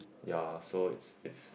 ya so it's it's